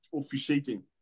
officiating